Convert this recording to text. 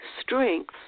strengths